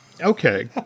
Okay